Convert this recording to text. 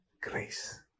grace